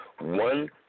one